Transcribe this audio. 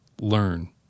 Learn